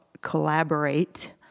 collaborate